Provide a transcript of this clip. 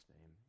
name